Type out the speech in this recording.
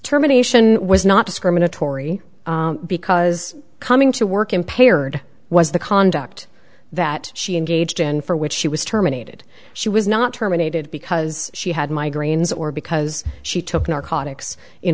terminations was not discriminatory because coming to work impaired was the conduct that she engaged in for which she was terminated she was not terminated because she had migraines or because she took narcotics in